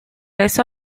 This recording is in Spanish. eso